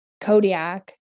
Kodiak